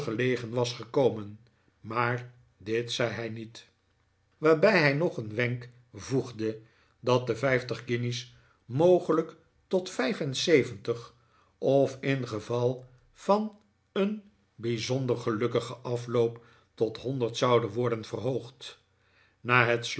nog een wenk voegde dat de vijftig guinjes mogelijk tot vijf en zeventig of in geval van een bijzonder gelukkigen afloop tot honderd zouden worden verhoogd na het